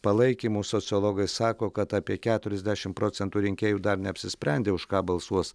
palaikymu sociologai sako kad apie keturiasdešimt procentų rinkėjų dar neapsisprendė už ką balsuos